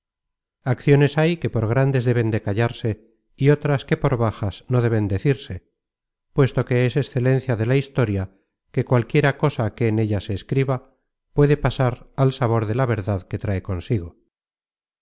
acciones hay que por grandes deben de callarse y otras que por bajas no deben decirse puesto que es excelencia de la historia que cualquiera cosa que en ella se escriba puede pasar al sabor de la verdad que trae consigo